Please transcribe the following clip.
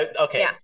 Okay